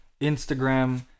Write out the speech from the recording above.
Instagram